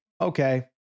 okay